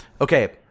Okay